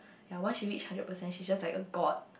ya once she reach hundred percent she's just like a god